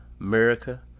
America